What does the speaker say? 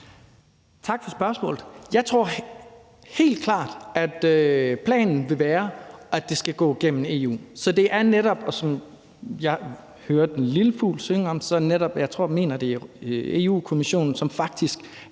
Tak for spørgsmålet. Jeg tror helt klart, at planen vil være, at det skal gå gennem EU. Som jeg hørte en lille fugl synge om, er det Europa-Kommissionen, mener